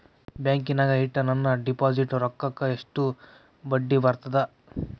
ಬ್ಯಾಂಕಿನಾಗ ಇಟ್ಟ ನನ್ನ ಡಿಪಾಸಿಟ್ ರೊಕ್ಕಕ್ಕ ಎಷ್ಟು ಬಡ್ಡಿ ಬರ್ತದ?